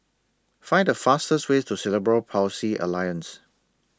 Find The fastest Way to Cerebral Palsy Alliance